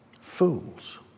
Fools